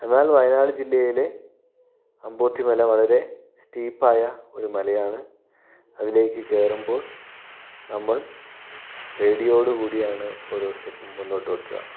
എന്നാൽ വയനാട് ജില്ലയിലെ അംബൂത്തി മല വളരെ സ്റ്റീപ് ഒരു മലയാണ് അതിലേക്ക് കേറുബോൾ നമ്മൾ പേടിയോട് കൂടിയാണ് ഓരോ സ്റ്റെപ്പും മുന്നോട്ട് വെക്കുക